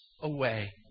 away